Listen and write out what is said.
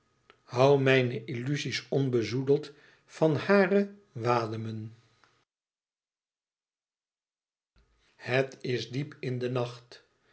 hoû mijne illuzie's onbezoedeld van hare waen et is diep in den nacht